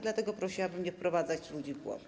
Dlatego prosiłabym nie wprowadzać ludzi w błąd.